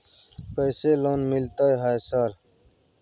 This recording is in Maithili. कैसे लोन मिलते है सर?